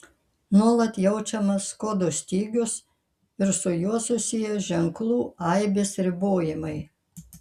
nuolat jaučiamas kodų stygius ir su juo susiję ženklų aibės ribojimai